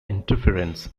interference